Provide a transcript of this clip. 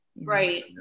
Right